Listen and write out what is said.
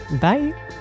bye